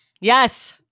Yes